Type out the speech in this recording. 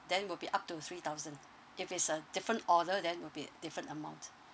then will be up to three thousand if it's a different order then will be a different amount